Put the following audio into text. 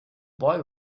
boy